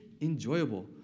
enjoyable